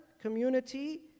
community